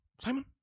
Simon